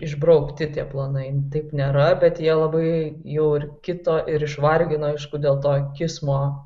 išbraukti tie planai taip nėra bet jie labai jau ir kito ir išvargino aišku dėl to kismo